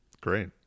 Great